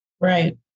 Right